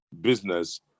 business